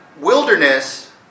wilderness